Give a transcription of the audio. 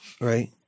right